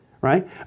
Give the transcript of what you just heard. right